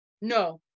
No